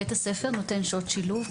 בית הספר נותן שעות שילוב,